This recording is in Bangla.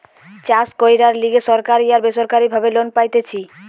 চাষ কইরার লিগে সরকারি আর বেসরকারি ভাবে লোন পাইতেছি